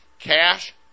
Cash